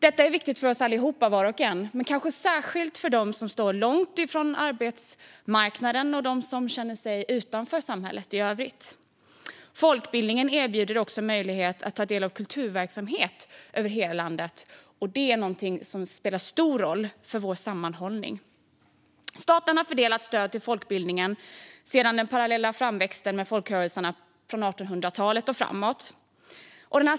Detta är viktigt för oss var och en men är kanske särskilt viktigt för dem som står långt ifrån arbetsmarknaden och dem som känner sig stå utanför samhället i övrigt. Folkbildningen erbjuder också möjlighet att ta del av kulturverksamhet över hela landet. Det spelar stor roll för vår sammanhållning. Staten har fördelat stöd till folkbildningen sedan den parallella framväxten med folkrörelserna på 1800-talet och framåt.